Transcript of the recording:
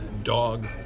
Dog